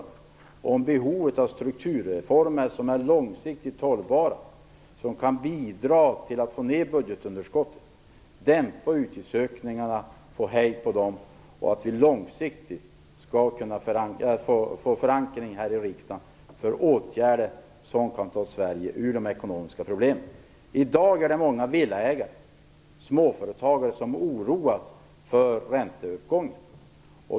Det gällde behovet av strukturreformer som är långsiktigt hållbara och som kan bidra till att få ned budgetunderskottet och dämpa utgiftsökningarna. Långsiktigt skall vi här i riksdagen få förankring av åtgärder som kan ta Sverige ur de ekonomiska problemen. I dag är det många villaägare och småföretagare som oroar sig över ränteuppgången.